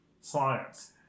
science